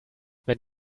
wenn